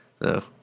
No